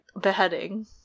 beheading